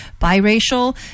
biracial